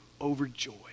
overjoyed